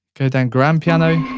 go down grand piano.